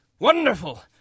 Wonderful